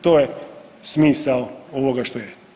To je smisao ovoga što je.